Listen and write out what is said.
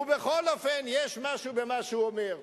בכל אופן יש משהו במה שהוא אומר.